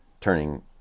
turning